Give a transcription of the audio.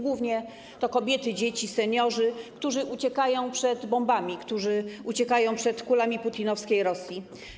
Głównie to kobiety i dzieci, seniorzy, którzy uciekają przed bombami, którzy uciekają przed kulami putinowskiej Rosji.